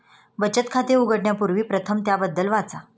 बचत खाते उघडण्यापूर्वी प्रथम त्याबद्दल वाचा